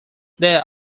there